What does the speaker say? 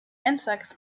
insects